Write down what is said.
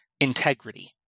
integrity